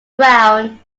brown